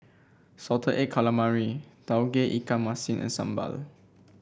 Salted Egg Calamari Tauge Ikan Masin and sambal